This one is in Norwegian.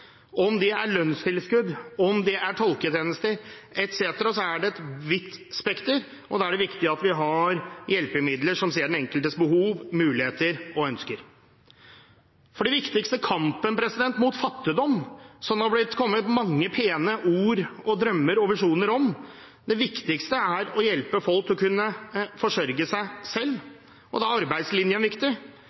om det er lønnstilskudd, om det er tolketjenester etc., det er et vidt spekter – og da er det viktig at vi har hjelpemidler som ser den enkeltes behov, muligheter og ønsker. Den viktigste kampen mot fattigdom, som det er kommet mange pene ord og drømmer og visjoner om, er å hjelpe folk til å kunne forsørge seg selv. Og da er arbeidslinjen viktig.